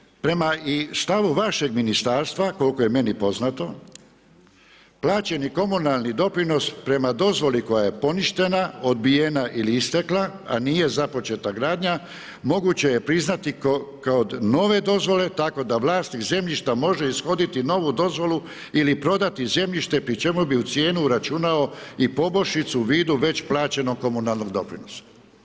Uostalom prema stavu vašeg ministarstva koliko je meni poznato plaćeni komunalni doprinos prema dozvoli koja je poništena, odbijena ili istekla, a nije započeta gradnja moguće je priznati kod nove dozvole tako da vlasnik zemljišta može ishoditi novu dozvolu ili prodati zemljište pri čemu bi u cijenu uračunao i poboljšicu u vidu već plaćenog komunalnog doprinosa.